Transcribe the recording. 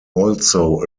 also